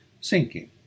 sinking